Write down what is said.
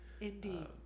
Indeed